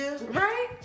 right